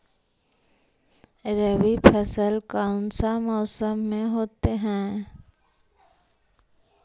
रवि फसल कौन सा मौसम में होते हैं?